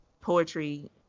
poetry